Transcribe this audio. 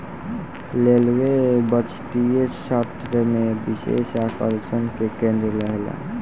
railway बजटीय सत्र में विशेष आकर्षण के केंद्र रहेला